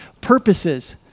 purposes